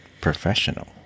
Professional